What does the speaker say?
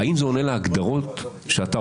לא יכולה להיות שיטה דמוקרטית שבה יש